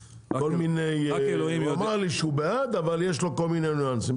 הוא אמר לי שהוא בעד, אבל יש לו כל מיני ניואנסים.